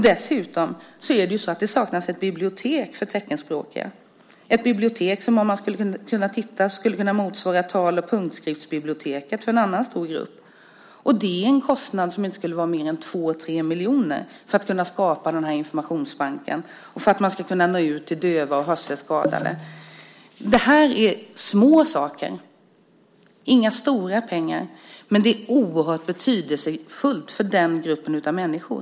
Dessutom saknas det ett bibliotek för teckenspråkiga. Det skulle kunna vara ett bibliotek som motsvarar tal och punktskriftsbiblioteket för en annan stor grupp. Kostnaden för att skapa den informationsbanken och för att kunna nå ut till döva och hörselskadade skulle inte vara större än 2-3 miljoner. Det här är små saker och inga stora pengar. Men det är oerhört betydelsefullt för den här gruppen av människor.